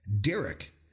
Derek